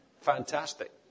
Fantastic